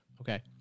Okay